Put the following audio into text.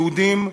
יהודים,